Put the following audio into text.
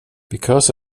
because